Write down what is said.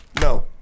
No